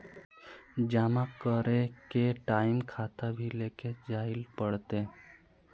जमा करे के टाइम खाता भी लेके जाइल पड़ते?